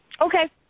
Okay